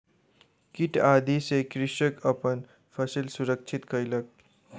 कीट आदि सॅ कृषक अपन फसिल सुरक्षित कयलक